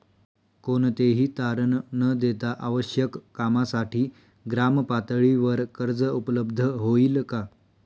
कोणतेही तारण न देता आवश्यक कामासाठी ग्रामपातळीवर कर्ज उपलब्ध होईल का?